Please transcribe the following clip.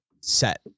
set